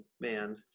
man